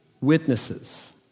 witnesses